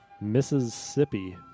Mississippi